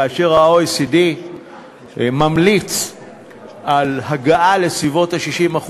כאשר ה-OECD ממליץ על הגעה לסביבות ה-60%,